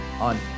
on